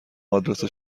آدرس